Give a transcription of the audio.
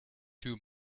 too